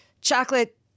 chocolate